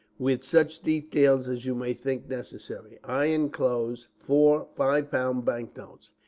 with such details as you may think necessary. i inclose four five-pound bank notes,